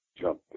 jump